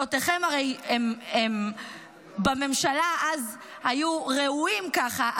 הרי כיסאותיכם בממשלה אז היו רעועים ככה,